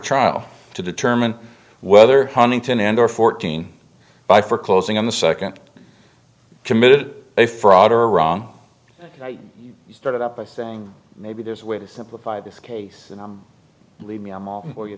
trial to determine whether huntington and or fourteen by foreclosing on the second committed a fraud or wrong you started out by saying maybe there's a way to simplify this case and i believe me i'm all for you